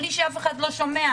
בלי שאף אחד לא שומע,